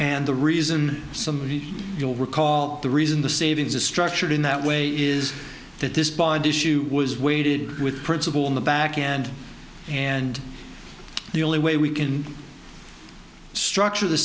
and the reason some you'll recall the reason the savings is structured in that way is that this bond issue was weighted with principle on the back end and the only way we can structure the